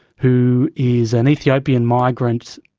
who is an ethiopian migrant,